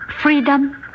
freedom